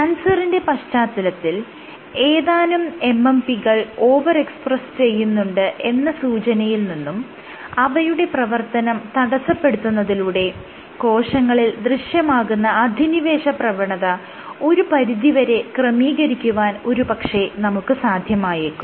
ക്യാൻസറിന്റെ പശ്ചാത്തലത്തിൽ ഏതാനും MMP കൾ ഓവർ എക്സ്പ്രസ്സ് ചെയ്യുന്നുണ്ട് എന്ന സൂചനയിൽ നിന്നും അവയുടെ പ്രവർത്തനം തടസ്സപ്പെടുത്തുന്നതിലൂടെ കോശങ്ങളിൽ ദൃശ്യമാകുന്ന അധിനിവേശ പ്രവണത ഒരു പരിധി വരെ ക്രമീകരിക്കുവാൻ ഒരു പക്ഷെ നമുക്ക് സാധ്യമായേക്കും